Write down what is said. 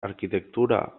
arquitectura